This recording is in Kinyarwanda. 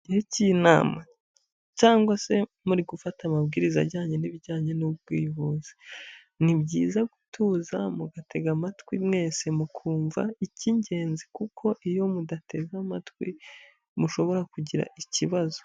Igihe cy'inama cyangwa se muri gufata amabwiriza ajyanye n'ibijyanye n'ubwivuzi, ni byiza gutuza mugatega amatwi mwese mukumva icy'ingenzi kuko iyo mudatega amatwi mushobora kugira ikibazo.